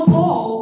Paul